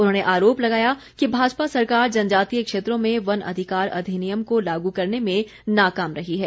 उन्होंने आरोप लगाया कि भाजपा सरकार जनजातीय क्षेत्रों में वन अधिकार अधिनियम को लागू करने में नाकाम रही है